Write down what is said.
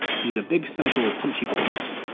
he's a big cynical punchy bald man.